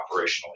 operationally